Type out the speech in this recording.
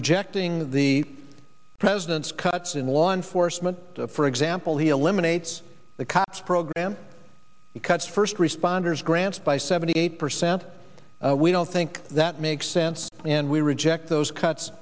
rejecting the president's cuts in law enforcement for example he eliminates the cops program cuts first responders grants by seventy eight percent we don't think that makes sense and we reject those cuts